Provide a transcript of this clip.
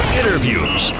interviews